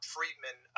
Friedman